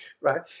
right